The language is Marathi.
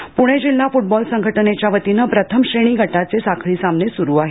फटबॉल पूणे जिल्हा फुटबॉल संघटनेच्यावतीनं प्रथम श्रेणी गटाचे साखळी सामने सुरु आहेत